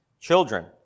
Children